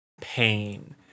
pain